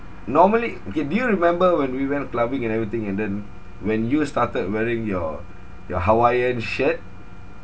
normally okay do you remember when we went clubbing and everything and then when you started wearing your your Hawaiian shirt